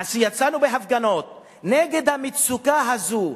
יצאנו בהפגנות נגד המצוקה הזאת,